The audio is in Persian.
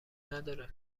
نداره